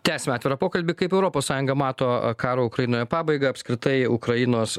tęsime atvirą pokalbį kaip europos sąjunga mato karo ukrainoje pabaigą apskritai ukrainos